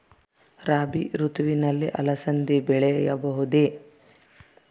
ರಾಭಿ ಋತುವಿನಲ್ಲಿ ಅಲಸಂದಿ ಬೆಳೆಯಬಹುದೆ?